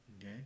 okay